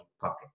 pocket